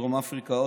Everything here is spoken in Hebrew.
דרום אפריקה,